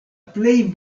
plej